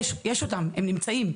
יש אותם, הם נמצאים.